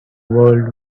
world